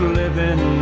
living